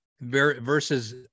versus